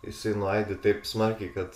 jisai nuaidi taip smarkiai kad